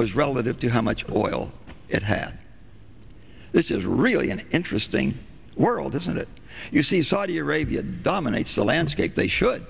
was relative to how much oil it had this is really an interesting world isn't it you see saudi arabia dominates the landscape they should